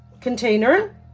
container